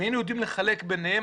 אם היינו יודעים לחלק ביניהם,